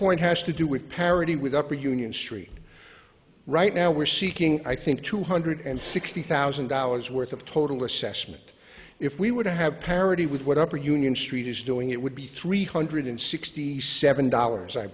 point has to do with parity with upper union street right now we're seeking i think two hundred and sixty thousand dollars worth of total assessment if we would have parity with what upper union street is doing it would be three hundred sixty seven dollars i